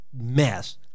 mess